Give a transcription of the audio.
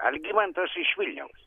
algimantas iš vilniaus